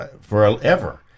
forever